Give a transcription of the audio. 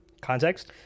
context